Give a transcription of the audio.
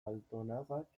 altonagak